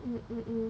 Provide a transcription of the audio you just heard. mm mm mm